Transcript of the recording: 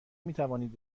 میتوانید